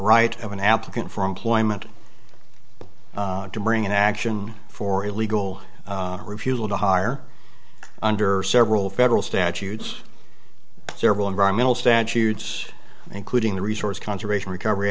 right of an applicant for employment to bring an action for illegal refusal to hire under several federal statutes several environmental statutes including the resource conservation recovery